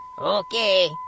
Okay